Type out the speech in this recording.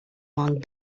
long